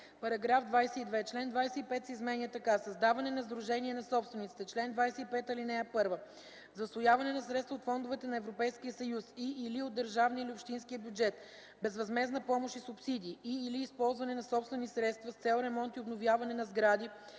§ 22: „§ 22. Член 25 се изменя така: „Създаване на сдружение на собствениците Чл. 25. (1) За усвояване на средства от фондовете на Европейския съюз и/или от държавния или общинския бюджет, безвъзмездна помощ и субсидии и/или използване на собствени средства с цел ремонт и обновяване на сгради